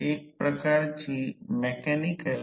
आता जर V1हे फरक चालक असेल